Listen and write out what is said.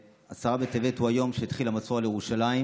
עשרה בטבת הוא היום שבו התחיל המצור על ירושלים,